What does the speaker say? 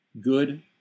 good